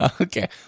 Okay